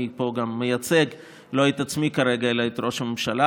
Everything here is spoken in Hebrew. אני גם מייצג פה לא את עצמי כרגע אלא את ראש הממשלה.